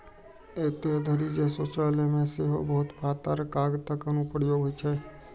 एतय धरि जे शौचालय मे सेहो बहुत पातर कागतक अनुप्रयोग होइ छै